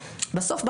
בסוף,